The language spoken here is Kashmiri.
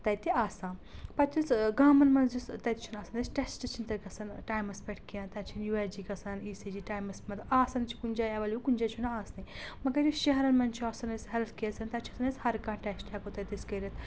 تَتہِ آسان پَتہٕ یُس گامَن منٛز یُس تَتہِ چھُنہٕ آسان اَسہِ ٹیسٹہٕ چھِنہٕ تَتہِ گژھان ٹایمَس پؠٹھ کینٛہہ تَتہِ چھِنہٕ یوٗ ایس جی گژھان ای سی جی ٹایمَس منٛز آسان چھِ کُنہِ جایہِ ایویلیبٕل کُنہِ جایہِ چھُنہٕ آسنٕے مَگر یُس شہرَن منٛز چھُ آسان أسۍ ہیلٕتھ کِیر سیٚنٹَر تَتہِ چھِ آسان أسۍ ہر کانٛہہ ٹؠسٹہٕ ہیٚکو تَتہِ أسۍ کٔرِتھ